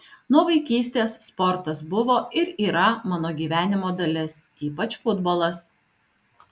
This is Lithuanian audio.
nuo vaikystės sportas buvo ir yra mano gyvenimo dalis ypač futbolas